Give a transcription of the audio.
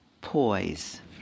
poise